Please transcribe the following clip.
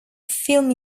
film